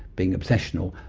being obsessional,